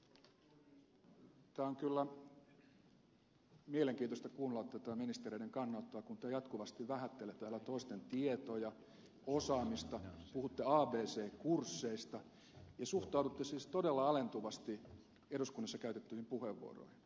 on kyllä mielenkiintoista kuunnella tätä ministereiden kannanottoa kun te jatkuvasti vähättelette täällä toisten tietoja osaamista puhutte abc kursseista ja suhtaudutte siis todella alentuvasti eduskunnassa käytettyihin puheenvuoroihin